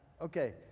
okay